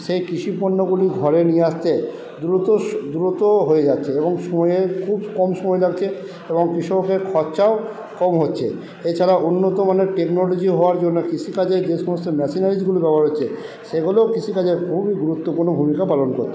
সেই কৃষি পণ্যগুলি ঘরে নিয়ে আসতে দ্রুত দ্রুতও হয়ে যাচ্ছে এবং সময়ে খুব কম সময় লাগছে এবং কৃষকের খরচাও কম হচ্ছে এছাড়া উন্নত মানের টেকনলজি হওয়ার জন্যে কৃষিকাজে যে সমস্ত মেশিনারিজ ব্যবহৃত হচ্ছে সেগুলোও কৃষিকাজে খুবই গুরুত্বপূর্ণ ভূমিকা পালন করছে